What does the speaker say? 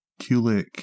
Kulik